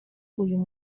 uyu